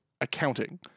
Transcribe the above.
accounting